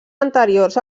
anteriors